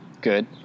Good